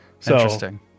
interesting